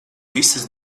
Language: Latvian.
visas